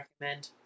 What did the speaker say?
recommend